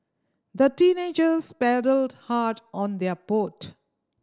the teenagers paddled hard on their boat